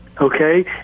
okay